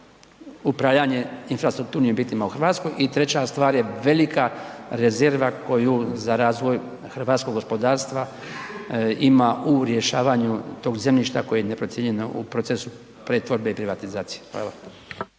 upravljanje infrastrukturnim objektima u Hrvatskoj i treća stvar je velika rezerva koju za razvoj hrvatskog gospodarstva ima u rješavanju tog zemljišta koje je neprocijenjeno u procesu pretvorbe i privatizacije. Hvala.